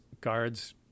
guards